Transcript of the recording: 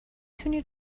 تونی